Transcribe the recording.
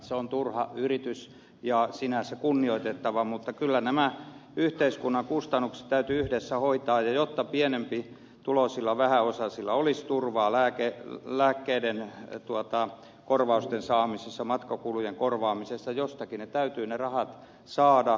se on turha yritys ja sinänsä kunnioitettava mutta kyllä nämä yhteiskunnan kustannukset täytyy yhdessä hoitaa ja jotta pienempituloisilla vähäosaisilla olisi turvaa lääkkeiden korvausten saamisessa matkakulujen korvaamisessa jostakin ne rahat täytyy saada